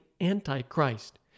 Antichrist